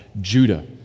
Judah